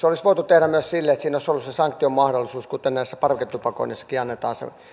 olisi voitu tehdä myös silleen että siinä olisi ollut se sanktion mahdollisuus kuten parveketupakoinnissakin annetaan se